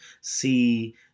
see